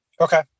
Okay